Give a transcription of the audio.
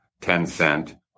Tencent